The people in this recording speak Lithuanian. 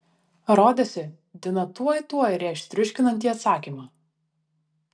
rodėsi dina tuoj tuoj rėš triuškinantį atsakymą